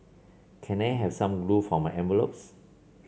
can I have some glue for my envelopes